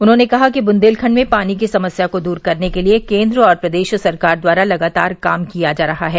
उन्होंने कहा कि बुन्देलखंड में पानी की समस्या को दूर करने के लिये केन्द्र और प्रदेश सरकार द्वारा लगातार काम किया जा रहा है